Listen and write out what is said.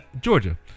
Georgia